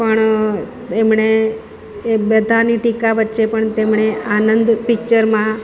પણ એમણે એ બધાની ટીકા વચ્ચે પણ તેમણે આનંદ પિક્ચરમાં